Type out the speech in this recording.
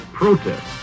protest